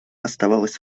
оставалось